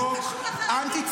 זה חוק אנטי-ציוני,